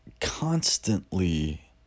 constantly